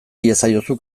iezaiozu